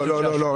לא, לא.